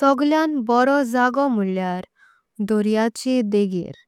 सगळ्यां बरो जावं म्होंल्लयार दर्याचे डेंगर।